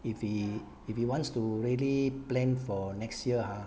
if he if he wants to really plan for next year ha